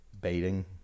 baiting